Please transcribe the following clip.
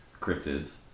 cryptids